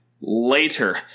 later